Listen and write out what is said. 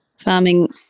farming